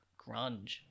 grunge